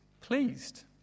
pleased